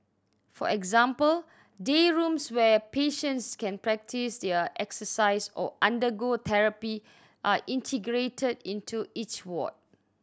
for example day rooms where patients can practise their exercise or undergo therapy are integrated into each ward